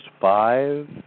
Five